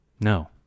no